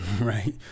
right